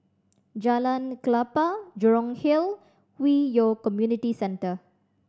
Jalan Klapa Jurong Hill Hwi Yoh Community Centre